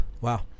Wow